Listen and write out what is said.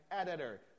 editor